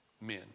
men